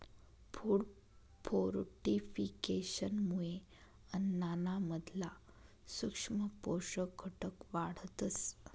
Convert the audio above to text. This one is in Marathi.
फूड फोर्टिफिकेशनमुये अन्नाना मधला सूक्ष्म पोषक घटक वाढतस